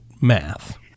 math